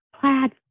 plaid